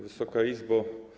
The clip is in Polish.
Wysoka Izbo!